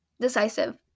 decisive